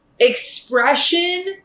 Expression